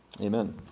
Amen